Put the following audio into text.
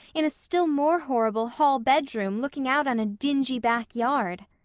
in a still more horrible hall bedroom, looking out on a dingy back yard.